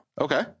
Okay